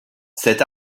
cet